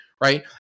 Right